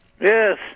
Yes